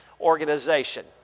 organization